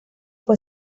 fue